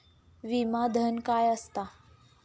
विमा धन काय असता?